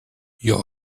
your